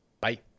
Bye